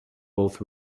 both